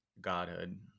godhood